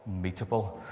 meetable